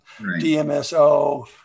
dmso